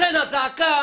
לכן הזעקה